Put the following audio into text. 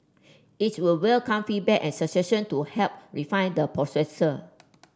it will welcome feedback and suggestion to help refine the